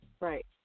Right